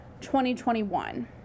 2021